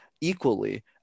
equally